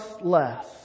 Less